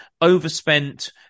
overspent